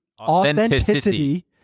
Authenticity